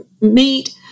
meet